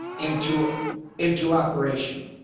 into into operation.